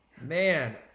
Man